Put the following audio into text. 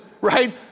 right